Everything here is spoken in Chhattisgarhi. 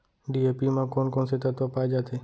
डी.ए.पी म कोन कोन से तत्व पाए जाथे?